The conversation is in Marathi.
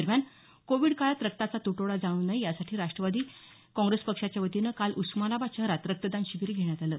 दरम्यान कोविड काळात रक्ताचा तुटवडा जाणवू नये यासाठी राष्ट्रवादी काँग्रेस पक्षाच्या वतीनं काल उस्मानाबाद शहरात रक्तदान शिबीर घेण्यात आलं